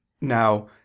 Now